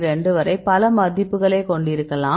2 வரை பல மதிப்புகளைக் கொண்டிருக்கலாம்